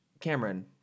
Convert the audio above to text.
Cameron